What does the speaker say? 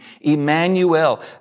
Emmanuel